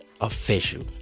official